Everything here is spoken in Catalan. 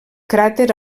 cràter